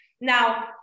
now